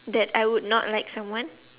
that I would not like someone